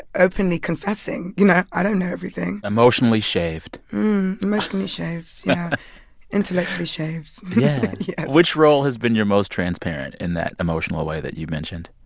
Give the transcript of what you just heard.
openly confessing, you know, i don't know everything emotionally shaved emotionally shaved, yeah intellectually shaved yeah yes which role has been your most transparent in that emotional way that you mentioned?